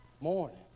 morning